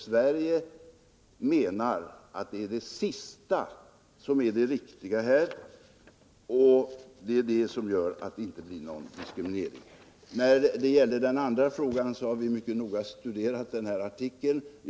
Sverige anser att det är det sista som är det riktiga här. Då blir det ju ingen diskriminering. För det andra har vi mycket noga studerat den artikel som fru Dahl nämnde.